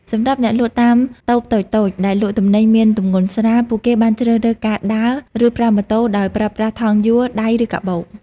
សម្រាប់អ្នកលក់តាមតូបតូចៗដែលលក់ទំនិញមានទម្ងន់ស្រាល ពួកគេបានជ្រើសរើសការដើរ ឬប្រើម៉ូតូដោយប្រើប្រាស់ថង់យួរដៃឬកាបូប។